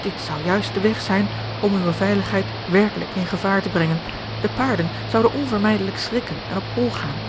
dit zou juist de weg zijn om uwe veiligheid werkelijk in george een ongeluksvogel gevaar te brengen de paarden zouden onvermijdelijk schrikken en op hol gaan